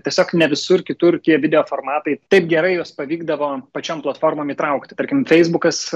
tiesiog ne visur kitur tie video formatai taip gerai juos pavykdavo pačiom platformom įtraukti tarkim feisbukas